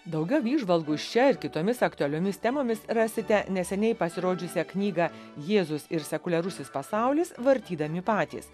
daugiau įžvalgų šia ir kitomis aktualiomis temomis rasite neseniai pasirodžiusią knygą jėzus ir sekuliarusis pasaulis vartydami patys